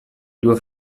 due